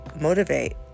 motivate